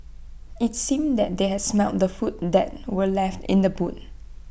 IT seemed that they has smelt the food that were left in the boot